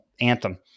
anthem